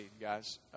guys